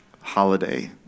holiday